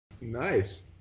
Nice